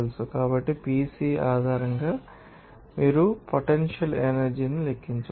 కాబట్టి PC ఆధారంగా మీరు పొటెన్షియల్ ఎనర్జీ ని లెక్కించవచ్చు